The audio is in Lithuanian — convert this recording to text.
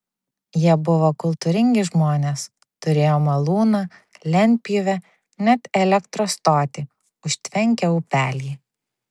jie buvo kultūringi žmonės turėjo malūną lentpjūvę net elektros stotį užtvenkę upelį